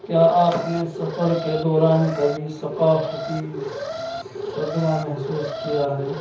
کیا آپ نے سفر کے دوران کبھی ثقافتی صدمہ محسوس کیا ہے